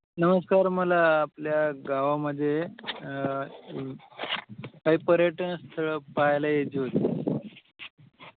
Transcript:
नमस्कार मला आपल्या गावामध्ये काही पर्यटनस्थळं पहायला यायची होती